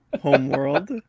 Homeworld